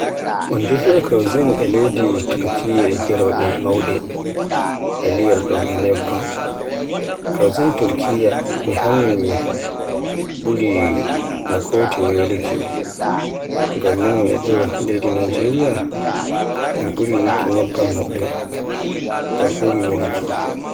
Un defira cuisine leydi Turkiyya e geroɗe mawɗe e liyorɗum e nebban. Cuisine Turkiyya mi hammi ɓuri no ko toye weluki ngam mi non e leydi Najeriya min ɓuri yikki nebban maɓɓe, ngam ɓuri weluki.